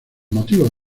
motivos